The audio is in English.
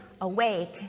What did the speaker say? awake